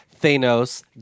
Thanos